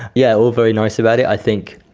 yeah all very nice about it i think.